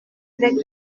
avec